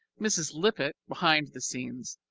mrs. lippett, behind the scenes,